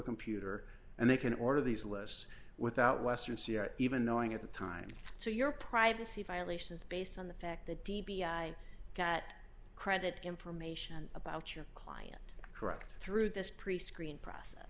computer and they can order these lists without western even knowing at the time so your privacy violation is based on the fact that d b i get credit information about your client correct through this prescreen process